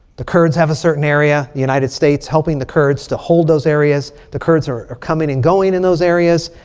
the kurds have a certain area. the united states helping the kurds to hold those areas. the kurds are are coming and going in those areas.